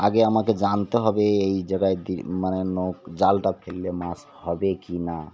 আগে আমাকে জানতে হবে এই জায়গায় মানে নোক জালটা ফেললে মাছ হবে কি না